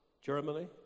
Germany